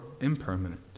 impermanent